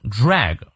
drag